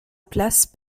place